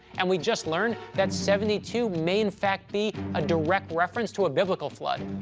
and we just learned that seventy two may, in fact, be a direct reference to a biblical flood.